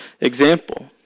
example